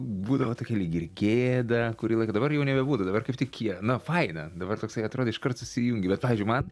būdavo tokia lyg ir gėda kurį laiką dabar jau nebebūtų dabar kaip tik kie nu faina dabar toksai atrodė iškart susijungi bet pavyzdžiui man